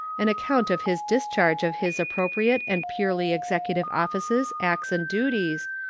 an account of his discharge of his appropriate and purely executive offices, acts, and duties,